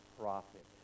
profit